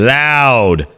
loud